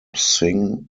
sing